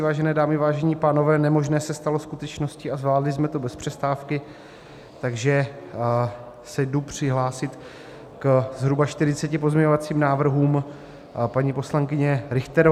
Vážené dámy, vážení pánové, nemožné se stalo skutečností a zvládli jsme to bez přestávky, takže se jdu přihlásit ke zhruba 40 pozměňovacím návrhům paní poslankyně Richterové.